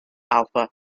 alpha